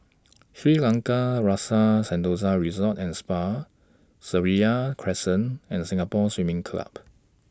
Shangri La's Rasa Sentosa Resort and Spa Seraya Crescent and Singapore Swimming Club